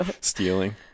Stealing